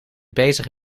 bezig